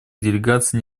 делегаций